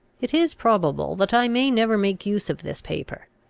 it is probable that i may never make use of this paper,